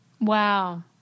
Wow